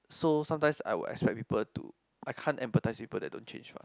so sometimes I would expect people to I can't empathize people that don't change fast